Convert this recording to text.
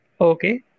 Okay